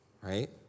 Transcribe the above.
right